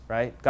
Right